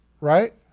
right